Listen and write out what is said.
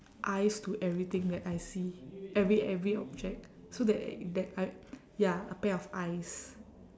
eyes to everything that I see every every object so that that I ya a pair of eyes